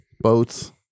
boats